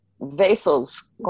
vessels